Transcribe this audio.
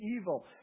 evil